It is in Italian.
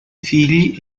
figli